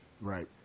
Right